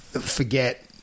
forget